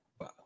wow